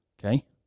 Okay